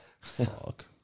Fuck